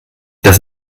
das